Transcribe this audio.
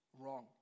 wrong